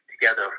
together